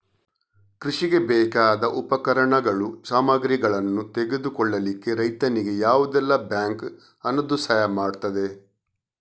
ಕೃಷಿಗೆ ಬೇಕಾದ ಉಪಕರಣಗಳು, ಸಾಮಗ್ರಿಗಳನ್ನು ತೆಗೆದುಕೊಳ್ಳಿಕ್ಕೆ ರೈತನಿಗೆ ಯಾವುದೆಲ್ಲ ಬ್ಯಾಂಕ್ ಹಣದ್ದು ಸಹಾಯ ಮಾಡ್ತದೆ?